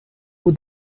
who